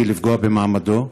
היא לפגוע במעמדו,